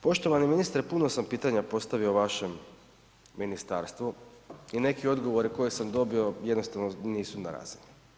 Poštovani ministre, puno sam pitanja postavio vašem ministarstvu i neki odgovori koje sam dobio jednostavno nisu na razini.